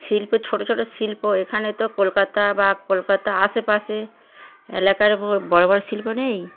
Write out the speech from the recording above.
শিল্পের ছোট ছোট শিল্প এখানে তো কলকাতা বা কলকাতা আশেপাশে এলাকার বড় বড় শিল্প নেই